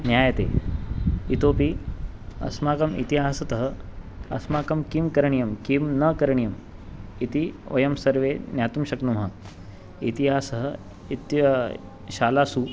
ज्ञायते इतोऽपि अस्माकम् इतिहासतः अस्माकं किं करणीयं किं न करणीयम् इति वयं सर्वे ज्ञातुं शक्नुमः इतिहासः इति शालासु